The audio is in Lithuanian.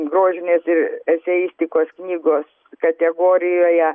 grožinės ir eseistikos knygos kategorijoje